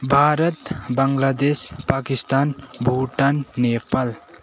Bharat Bangladesh Pakistan Bhutan Nepal